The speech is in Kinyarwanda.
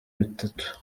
batatu